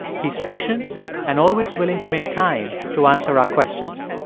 he's patient and always willing to make time to answer our questions.